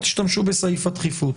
תשתמשו בסעיף הדחיפות.